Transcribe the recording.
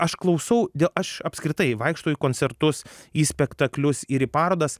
aš klausau aš apskritai vaikštau į koncertus į spektaklius ir į parodas